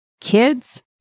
Kids